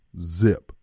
zip